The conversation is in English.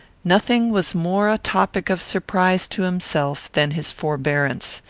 nothing was more a topic of surprise to himself than his forbearance.